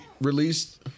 released